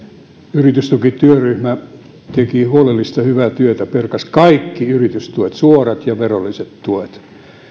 yritystukityöryhmä teki huolellista hyvää työtä perkasi kaikki yritystuet suorat ja verolliset tuet